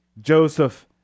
joseph